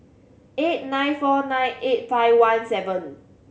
eight nine four nine eight five one seven